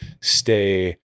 stay